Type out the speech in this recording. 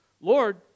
Lord